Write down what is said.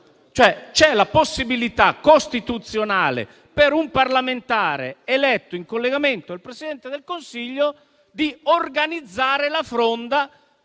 c'è la possibilità costituzionale per un parlamentare eletto in collegamento al Presidente del Consiglio di organizzare la fronda